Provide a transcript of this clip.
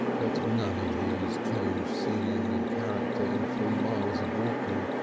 but none of these change scene and character in three miles of walking,